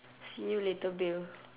see you later bill